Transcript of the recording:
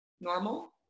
normal